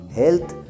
health